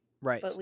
right